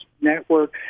network